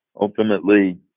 Ultimately